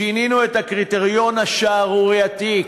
שינינו את הקריטריון השערורייתי,